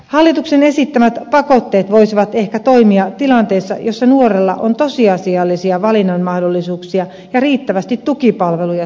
hallituksen esittämät pakotteet voisivat ehkä toimia tilanteessa jossa nuorella on tosiasiallisia valinnan mahdollisuuksia ja riittävästi tukipalveluja saatavilla